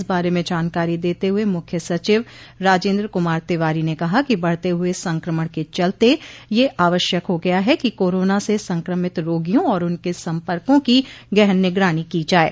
इस बारे में जानकारी देते हुए मुख्य सचिव राजेन्द्र कुमार तिवारी ने कहा कि बढ़ते हुए संक्रमण के चलते यह आवश्यक हो गया है कि कोरोना से संक्रमित रोगियों और उनके सम्पर्को की गहन निगरानी की जाये